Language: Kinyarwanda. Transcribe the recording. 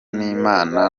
n’imana